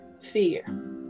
fear